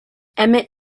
emmett